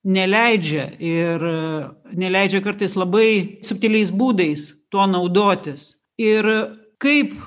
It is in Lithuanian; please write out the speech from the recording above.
neleidžia ir neleidžia kartais labai subtiliais būdais tuo naudotis ir kaip